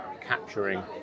capturing